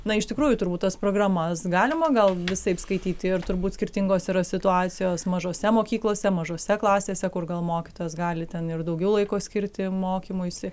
na iš tikrųjų turbūt tas programas galima gal visaip skaityt ir turbūt skirtingos yra situacijos mažose mokyklose mažose klasėse kur gal mokytojas gali ten ir daugiau laiko skirti mokymuisi